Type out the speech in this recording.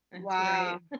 wow